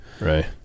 Right